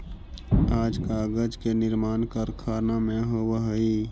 आज कागज के निर्माण कारखाना में होवऽ हई